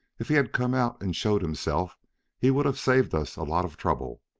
if he had come out and showed himself he would have saved us a lot of trouble.